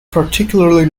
particularly